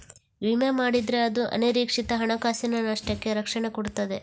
ವಿಮೆ ಮಾಡಿದ್ರೆ ಅದು ಅನಿರೀಕ್ಷಿತ ಹಣಕಾಸಿನ ನಷ್ಟಕ್ಕೆ ರಕ್ಷಣೆ ಕೊಡ್ತದೆ